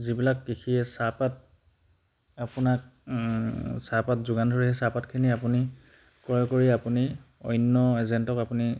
যিবিলাক কৃষিয়ে চাহপাত আপোনাক চাহপাত যোগান ধৰে সেই চাহপাতখিনি আপুনি ক্ৰয় কৰি আপুনি অন্য এজেণ্টক আপুনি